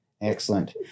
Excellent